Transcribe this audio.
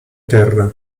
terra